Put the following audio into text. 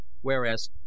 whereas